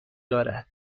دارد